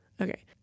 Okay